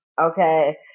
okay